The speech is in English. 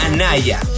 Anaya